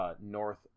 north